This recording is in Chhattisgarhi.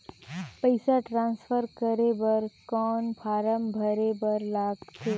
पईसा ट्रांसफर करे बर कौन फारम भरे बर लगथे?